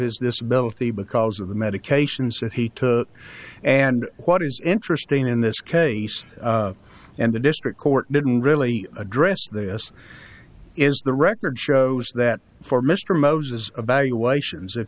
his disability because of the medications that he took the and what is interesting in this case and the district court didn't really address this is the record shows that for mr moses a valuation is if